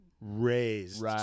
raised